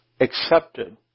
accepted